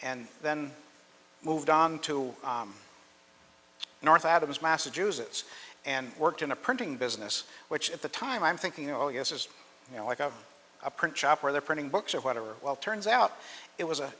and then moved on to north adams massachusetts and worked in a printing business which at the time i'm thinking oh yes is you know i got a print shop where they're printing books or whatever well turns out it was a